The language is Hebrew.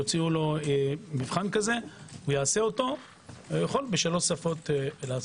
יעשה את המבחן - ויכול בשלוש שפות.